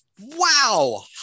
wow